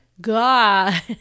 God